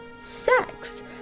sex